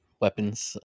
weapons